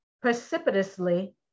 precipitously